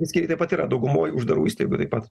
skyriai taip pat yra daugumoj uždarų įstaigų taip pat